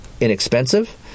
inexpensive